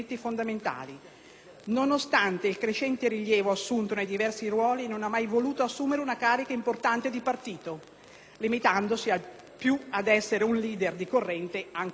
Nonostante il crescente rilievo assunto nei diversi ruoli, non ha mai voluto assumere una carica importante di partito, limitandosi al più ad essere un *leader* di corrente, anche competitivo.